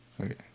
Okay